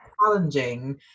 challenging